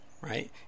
right